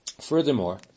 Furthermore